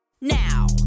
now